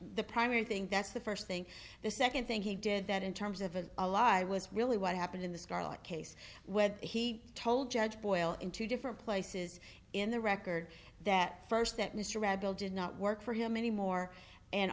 the primary thing that's the first thing the second thing he did that in terms of an alive was really what happened in the scarlet case when he told judge boyle in two different places in the record that first that mr revill did not work for him anymore and